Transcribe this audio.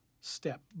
step